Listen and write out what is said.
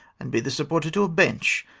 and be the supporter to a bench,